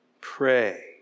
Pray